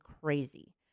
crazy